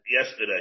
yesterday